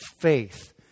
faith